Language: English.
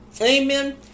Amen